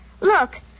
Look